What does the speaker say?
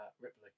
Ripley